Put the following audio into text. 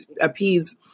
appease